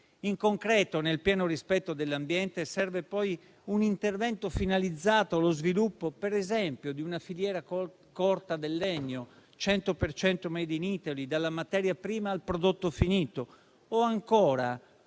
In concreto, nel pieno rispetto dell'ambiente, serve un intervento finalizzato allo sviluppo, per esempio, di una filiera corta del legno, 100 per cento *made in Italy*, dalla materia prima al prodotto finito. O ancora,